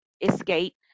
escape